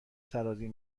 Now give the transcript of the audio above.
سرازیر